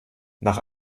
nach